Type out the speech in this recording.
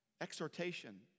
exhortation